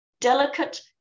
delicate